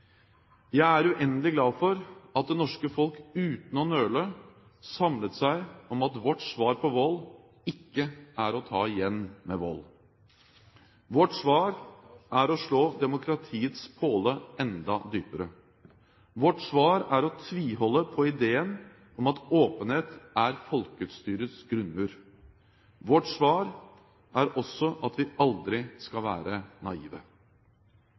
Jeg er uendelig glad for at det norske folk uten å nøle samlet seg om at vårt svar på vold ikke er å ta igjen med vold. Vårt svar er å slå demokratiets påle enda dypere. Vårt svar er å tviholde på ideen om at åpenhet er folkestyrets grunnmur. Vårt svar er også at vi aldri skal være naive.